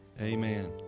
amen